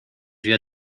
vio